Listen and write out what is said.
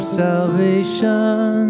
salvation